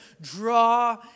draw